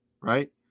right